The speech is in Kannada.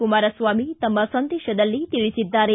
ಕುಮಾರಸ್ವಾಮಿ ತಮ್ನ ಸಂದೇಶದಲ್ಲಿ ತಿಳಿಸಿದ್ದಾರೆ